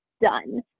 done